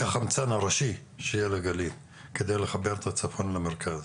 החמצן הראשי של הגליל כדי לחבר את הצפון למרכז.